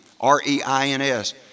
R-E-I-N-S